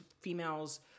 females